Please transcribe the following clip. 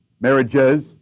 marriages